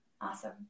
Awesome